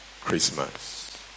Christmas